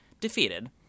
defeated